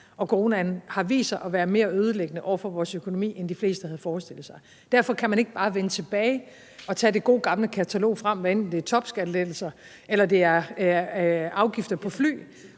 og coronaen har vist sig at være mere ødelæggende over for vores økonomi, end de fleste havde forestillet sig. Derfor kan man ikke bare vende tilbage og tage det gode gamle katalog frem, hvad enten det er topskattelettelser, eller det er afgifter på